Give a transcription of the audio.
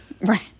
Right